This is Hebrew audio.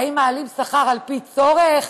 האם מעלים שכר על פי צורך,